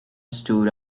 stood